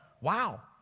wow